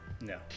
No